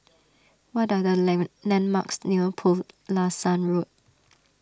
what are the land landmarks near Pulasan Road